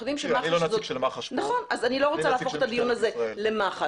אני לא רוצה להפוך את הדיון הזה לדיון על מח"ש.